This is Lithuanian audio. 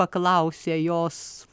paklausė jos